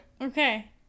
okay